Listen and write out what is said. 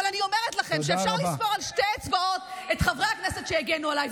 אבל אני אומרת לכם שאפשר לספור על שתי אצבעות את חברי הכנסת שהגנו עליי,